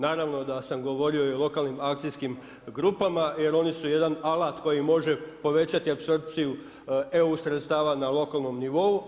Naravno da sam govorio i lokalnim akcijskim grupama jer oni su jedan alat koji može povećati apsorpciju EU sredstava na lokalnom nivou.